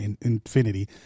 infinity